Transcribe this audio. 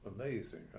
amazing